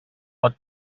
pot